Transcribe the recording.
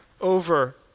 over